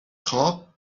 خواب